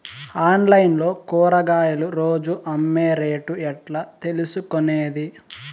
Online లో కూరగాయలు రోజు అమ్మే రేటు ఎట్లా తెలుసుకొనేది?